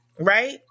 right